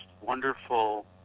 wonderful